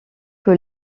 que